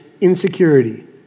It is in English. insecurity